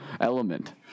element